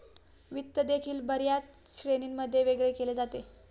वित्त देखील बर्याच श्रेणींमध्ये वेगळे केले जाते